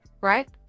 right